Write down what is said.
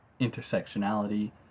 intersectionality